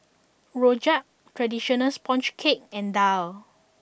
Rojak Traditional Sponge Cake and Daal